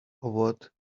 about